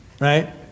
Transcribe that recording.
Right